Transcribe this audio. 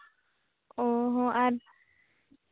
ᱚ ᱦᱚᱸ ᱟᱨ